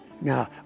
Now